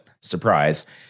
surprise